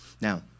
now